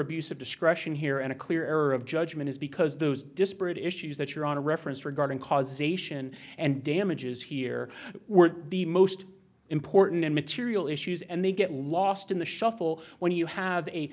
of discretion here and a clear error of judgment is because those disparate issues that you're on a reference regarding causation and damages here were the most important and material issues and they get lost in the shuffle when you have a